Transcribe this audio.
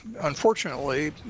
unfortunately